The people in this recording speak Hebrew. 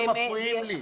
למה אתם מפריעים לי?